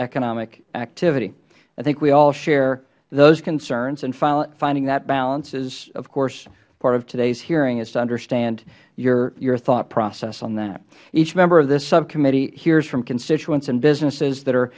economic activity i think we all share those concerns and finding that balance as part of todays hearing is to understand your thought process on that each member of this subcommittee hears from constituents and businesses that are